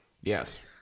Yes